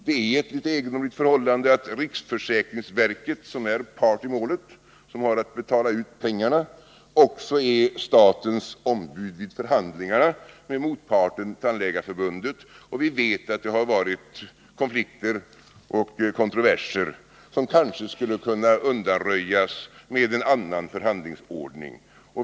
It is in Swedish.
Det är ett egendomligt förhållande att riksförsäkringsverket, som är part i målet och som har att betala ut pengarna, också är statens ombud vid förhandlingarna med motparten, Tandläkarförbundet. Vi vet att det har varit konflikter och kontroverser som kanske skulle kunna undanröjas med en annan förhandlingsordning.